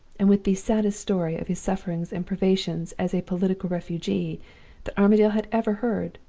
and with the saddest story of his sufferings and privations as a political refugee that armadale had ever heard.